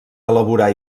elaborar